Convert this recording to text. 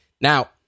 now